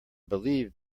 believe